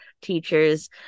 teachers